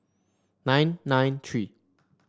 nine nine three